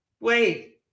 Wait